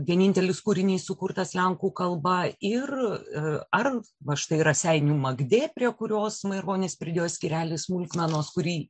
vienintelis kūrinys sukurtas lenkų kalba ir ar va štai raseinių magdė prie kurios maironis pridėjo skyrelį smulkmenos kurį